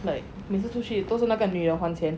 like 每次出去都是那个女的还钱